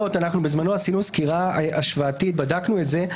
בזמנו עשינו סקירה השוואתית, בדקנו את זה.